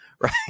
right